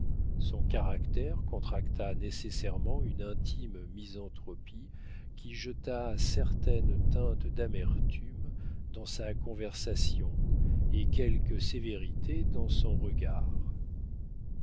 son caractère contracta nécessairement une intime misanthropie qui jeta certaine teinte d'amertume dans sa conversation et quelque sévérité dans son regard